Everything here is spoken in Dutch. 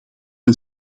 een